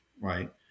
right